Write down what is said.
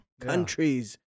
countries